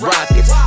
Rockets